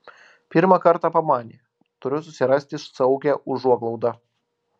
pirmą kartą pamanė turiu susirasti saugią užuoglaudą